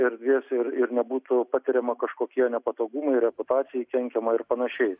erdvės ir ir nebūtų patiriama kažkokie nepatogumai reputacijai kenkiama ir panašiai